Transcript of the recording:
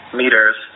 meters